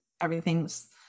everything's